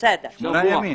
השבוע?